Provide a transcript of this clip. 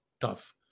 tough